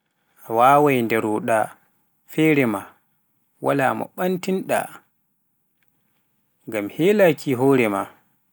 a wawai ndaro ɗa feere waala mo ɓantii ɗa, ngam heelaaki hore maa.